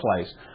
place